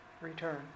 return